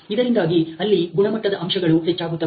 ಇದರಿಂದಾಗಿ ಅಲ್ಲಿ ಗುಣಮಟ್ಟದ ಅಂಶಗಳು ಹೆಚ್ಚಾಗುತ್ತವೆ